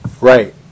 Right